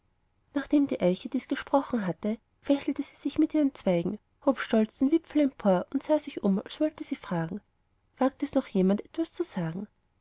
nachdem die eiche dies gesprochen hatte fächelte sie sich mit ihren zweigen hob stolz den wipfel empor und sah sich um als wolle sie fragen wagt es noch jemand etwas zu sagen